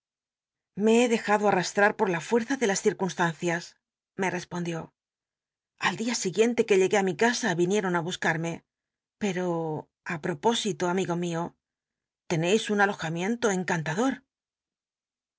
me he dejado arrastt'at por la fucza de las citcunstancias me respondió al dia sigu iente ctue llegué i mi casa íllieron i buscannl pero á propósito amigo mio tcneis un alojamiento encantador